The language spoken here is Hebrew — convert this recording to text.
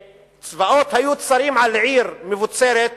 כשצבאות היו צרים על עיר מבוצרת,